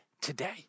today